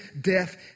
death